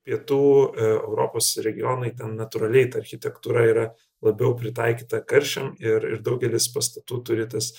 pietų europos regionai ten natūraliai ta architektūra yra labiau pritaikyta karščiam ir ir daugelis pastatų turi tas